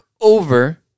over